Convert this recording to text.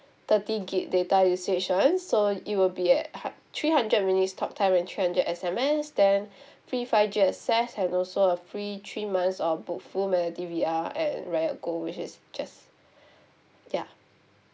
thirty gig data usage [one] so it will be at hun~ three hundred minutes talktime and three hundred S_M_S then free five G access and also a free three months of and which is just ya